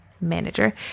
manager